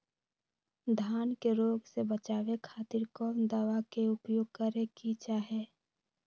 धान के रोग से बचावे खातिर कौन दवा के उपयोग करें कि चाहे?